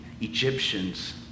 Egyptians